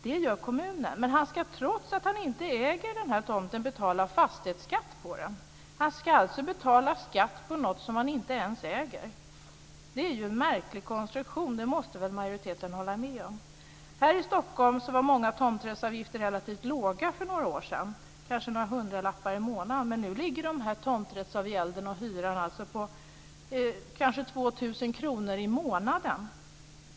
Det gör kommunen. Men han ska trots att han inte äger den här tomten betala fastighetsskatt på den. Han ska alltså betala skatt på något som han inte ens äger. Det är ju en märklig konstruktion, det måste väl majoriteten hålla med om. Här i Stockholm var många tomträttsavgifter relativt låga för några år sedan, kanske några hundralappar i månaden. Men nu ligger tomträttsavgälden, hyran alltså, på ca 2 000 kr i månaden.